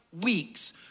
weeks